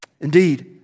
Indeed